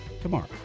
tomorrow